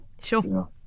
sure